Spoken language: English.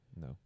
No